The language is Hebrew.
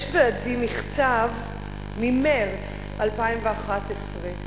יש בידי מכתב ממרס 2011,